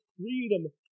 freedom